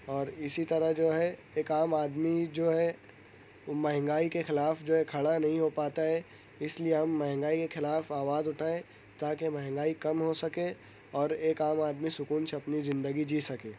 اور اسی طرح جو ہے ایک عام آدمی جو ہے وہ مہنگائی کے خلاف جو ہے کھڑا نہیں ہو پاتا ہے اس لیے ہم مہنگائی کے خلاف آواز اٹھائیں تاکہ مہنگائی کم ہو سکے اور ایک عام آدمی سکون سے اپنی زندگی جی سکے